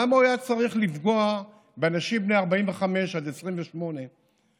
למה הוא היה צריך לפגוע באנשים בני 45 עד 28 שעדיין,